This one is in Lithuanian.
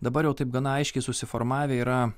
dabar jau taip gana aiškiai susiformavę yra